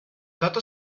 dato